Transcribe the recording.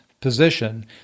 position